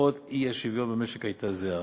ההוצאות והאי-שוויון במשק הייתה זהה.